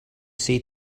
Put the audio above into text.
say